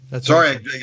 Sorry